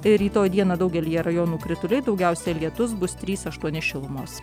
tai rytoj dieną daugelyje rajonų krituliai daugiausiai lietus bus trys aštuoni šilumos